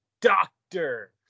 doctor